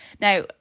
Now